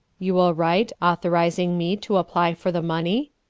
you will write authorizing me to apply for the money?